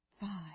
five